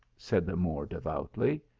said the moor, de voutly.